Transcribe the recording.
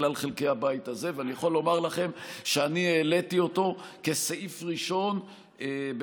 לכלל חלקי הבית הזה אני יכול לומר לכם שאני העליתי אותו כסעיף ראשון במה